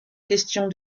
question